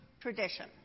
tradition